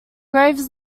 graves